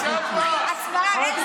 לדבר בעניין,